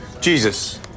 Jesus